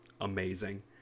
amazing